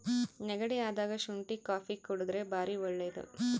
ನೆಗಡಿ ಅದಾಗ ಶುಂಟಿ ಕಾಪಿ ಕುಡರ್ದೆ ಬಾರಿ ಒಳ್ಳೆದು